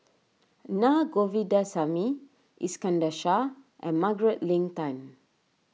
Naa Govindasamy Iskandar Shah and Margaret Leng Tan